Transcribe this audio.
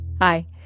Hi